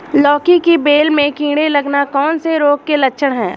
लौकी की बेल में कीड़े लगना कौन से रोग के लक्षण हैं?